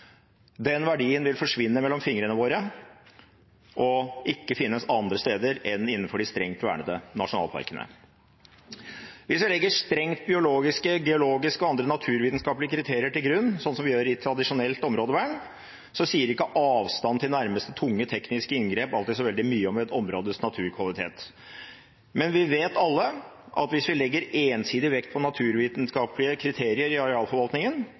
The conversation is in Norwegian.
vil forsvinne mellom fingrene våre og ikke finnes andre steder enn innenfor de strengt vernede nasjonalparkene. Hvis vi legger strengt biologiske, geologiske og andre naturvitenskapelige kriterier til grunn, slik som vi gjør i tradisjonelt områdevern, sier ikke avstanden til nærmeste tunge tekniske inngrep alltid så veldig mye om et områdes naturkvalitet. Men vi vet alle at hvis vi legger ensidig vekt på naturvitenskapelige kriterier i arealforvaltningen,